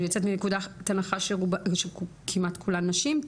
אני יוצאת מנקודת הנחה שכמעט כולן נשים,